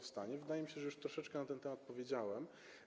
Wydaje mi się, że już troszeczkę na ten temat powiedziałem.